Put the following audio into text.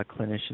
clinicians